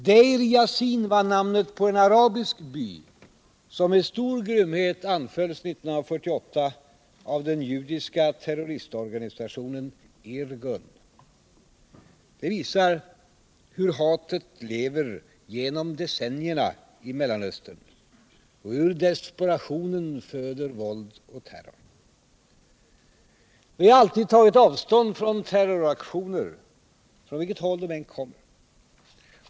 Deir Vassin var namnet på en arabisk by, som med stor grymhet anfölls 1948 av den judiska terroristorganisationen Irgun. Detta visar hur hatet lever genom decennier i Mellanöstern, hur desperationen föder våld och terror. Vi har alltid tagit avstånd från terroraktioner, från vilket håll de än kommer.